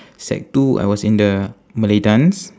sec two I was in the malay dance